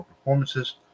performances